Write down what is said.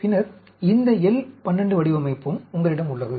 பின்னர் இந்த L 12 வடிவமைப்பும் உங்களிடம் உள்ளது